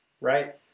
right